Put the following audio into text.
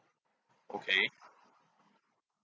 okay